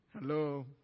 Hello